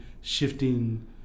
shifting